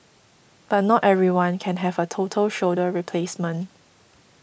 but not everyone can have a total shoulder replacement